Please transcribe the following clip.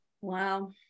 Wow